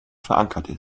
verankert